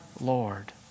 Lord